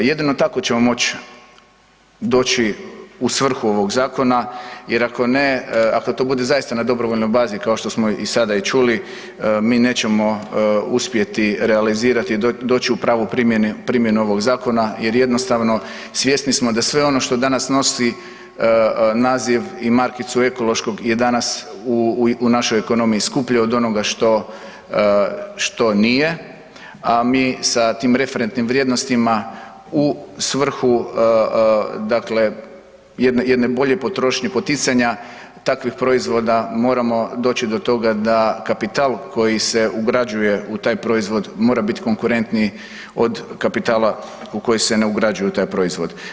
Jedino tako ćemo moći doći u svrhu ovog zakona jer ako ne, ako to bude zaista na dobrovoljnoj bazi kao što smo i sada i čuli, mi nećemo uspjeti realizirati, doći u pravu primjenu ovog zakona jer jednostavno, svjesni smo da sve ono što danas nosi naziv i markicu ekološkog je danas u našoj ekonomiji skuplje od onoga što nije, a mi sa tim referentnim vrijednostima u svrhu dakle jedne bolje potrošnje, poticanja takvih proizvoda moramo doći do toga da kapital koji se ugrađuje u taj proizvod mora biti konkurentniji od kapitala u koji se ne ugrađuje taj proizvod.